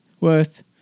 worth